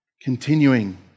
continuing